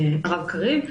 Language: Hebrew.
הרב קריב.